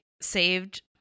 saved